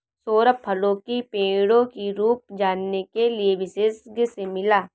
सौरभ फलों की पेड़ों की रूप जानने के लिए विशेषज्ञ से मिला